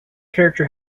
character